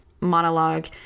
monologue